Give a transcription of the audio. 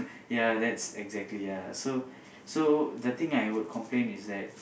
ya that's exactly ya so so the thing I would complain is that